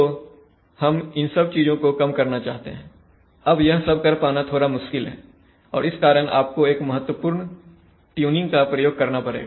तो हम इन सब चीजों को कम करना चाहते हैं अब यह सब कर पाना थोड़ा मुश्किल है और इस कारण आपको एक महत्वपूर्ण ट्यूनिंग का प्रयोग करना पड़ेगा